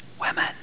women